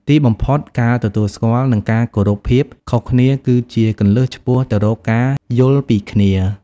ទីបំផុត ការទទួលស្គាល់ និងការគោរពភាពខុសគ្នាគឺជាគន្លឹះឆ្ពោះទៅរកការយល់ពីគ្នា។